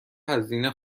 هزینه